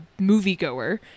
moviegoer